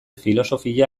filosofia